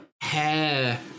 hair